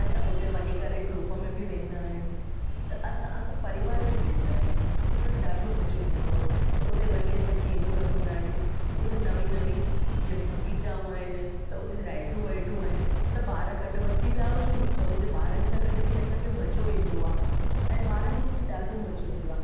असां हुते वञी करे में ग्रुप में बि वेंदा आहियूं त असां असां परिवार बि वेंदा आहियूं पर ॾाढो मज़ो ईंदो आहे हुते वञी असां गेमूं रमंदा आहियूं हुते नवीं नवीं बगीचाऊं आहिनि त हुते राइडूं वाइडूं आहिनि त ॿार गॾु वठी विया हुजूं त हुते ॿारनि सां गॾ बि असांखे मज़ो ईंदो आहे ऐं ॿारनि खे बि ॾाढो मज़ो ईंदो आहे